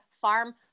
farm